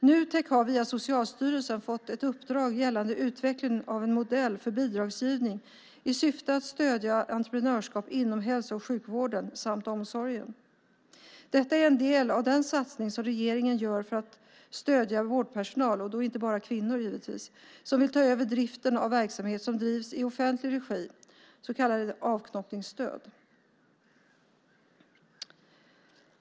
Nutek har via Socialstyrelsen fått ett uppdrag gällande utveckling av en modell för bidragsgivning i syfte att stödja entreprenörskap inom hälso och sjukvården samt omsorgen. Detta är en del av den satsning som regeringen gör för att stödja vårdpersonal - och då givetvis inte bara kvinnor - som vill ta över driften av verksamhet som drivs i offentlig regi, så kallat avknoppningsstöd.